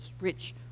rich